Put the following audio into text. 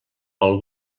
pel